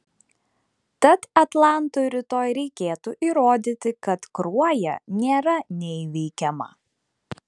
tad atlantui rytoj reikėtų įrodyti kad kruoja nėra neįveikiama